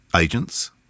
agents